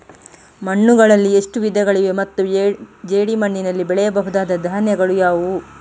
ಮಣ್ಣುಗಳಲ್ಲಿ ಎಷ್ಟು ವಿಧಗಳಿವೆ ಮತ್ತು ಜೇಡಿಮಣ್ಣಿನಲ್ಲಿ ಬೆಳೆಯಬಹುದಾದ ಧಾನ್ಯಗಳು ಯಾವುದು?